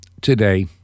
today